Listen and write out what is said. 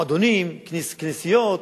מועדונים, כנסיות,